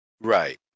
right